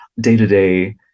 day-to-day